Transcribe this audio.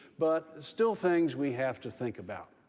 but still things we have to think about.